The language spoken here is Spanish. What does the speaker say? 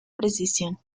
precisión